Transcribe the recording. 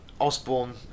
Osborne